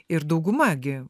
ir dauguma gi